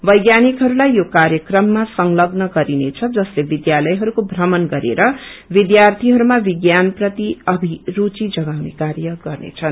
वैज्ञानिकहरूलाई यो क्र्क्रममा संलग्न गरिनेछ जसले विध्यालयहरूको थ्रमण गरेर विध्यार्थीहरूमा विज्ञान प्रति अभिरूची जगाउने कार्य गर्नेछन्